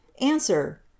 Answer